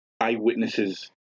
eyewitnesses